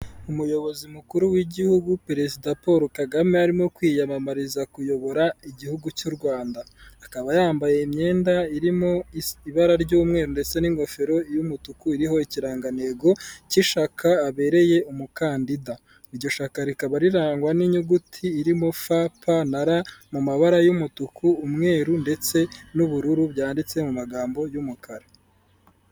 Umuyobozi mukuru w'igihugu perezida Paul kagame arimo kwiyamamariza kuyobora igihugu cy'u rwanda, akaba yambaye imyenda irimo ibara ry'umweru ndetse n'ingofero y'umutuku iriho ikirangantego cy'ishaka abereye umukandida iryo shyaka rikaba rirangwa n'inyuguti irimo f panara mu mabara y'umutuku umweru ndetse n'ubururu byanditse mu magambo y'umukara.